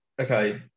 Okay